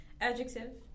adjective